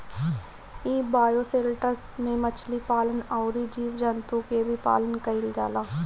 इ बायोशेल्टर में मछली पालन अउरी जीव जंतु के भी पालन कईल जाला